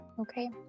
Okay